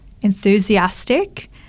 enthusiastic